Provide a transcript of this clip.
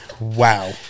Wow